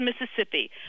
Mississippi